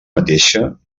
mateixa